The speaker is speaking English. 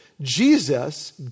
Jesus